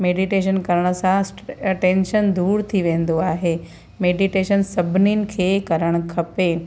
meditation करण सां सिट टेंशन दूरु थी वेंदो आहे मेडीटेशन सभिनीनि खे करणु खपे